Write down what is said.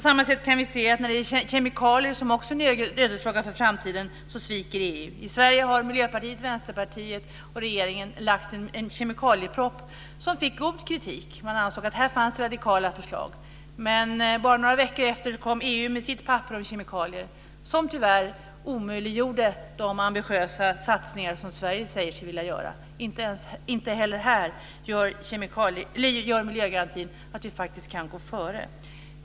På samma sätt kan vi när det gäller kemikalier, som också är en ödesfråga för framtiden, se att EU sviker. I Sverige har regeringen lagt fram en kemikalieproposition som även Miljöpartiet och Vänsterpartiet står bakom. Den fick god kritik. Man ansåg att det fanns radikala förslag i den. Men bara några veckor därefter kom EU med sitt papper om kemikalier som tyvärr omöjliggjorde de ambitiösa satsningar som Sverige säger sig vilja göra. Inte heller här gör miljögarantin att vi faktiskt kan gå före.